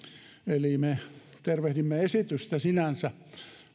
eli me tervehdimme esitystä sinänsä